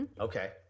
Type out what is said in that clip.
Okay